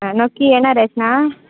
हां नक्की येणार आहेस ना